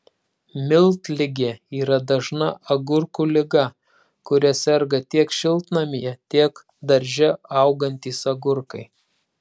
miltligė yra dažna agurkų liga kuria serga tiek šiltnamyje tiek darže augantys agurkai